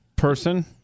person